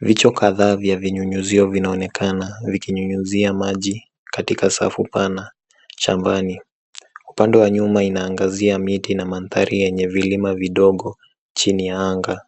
Vicho kadhaa vya vinyunyuzio vinaonekana vikinyunyizia maji katika safu pana shambani. Upande wa nyuma inaangazia miti na mandhari yenye vilima vidogo chini ya anga.